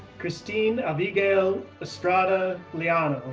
kristine avygail estrada leano,